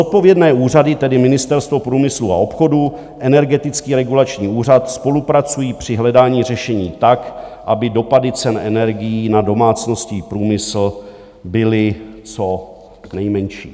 Zodpovědné úřady, tedy Ministerstvo průmyslu a obchodu, Energetický regulační úřad, spolupracují při hledání řešení tak, aby dopady cen energií na domácnosti i průmysl byly co nejmenší.